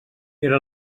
era